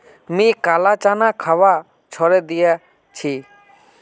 मी काला चना खवा छोड़े दिया छी